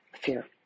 Fear